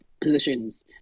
positions